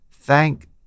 Thank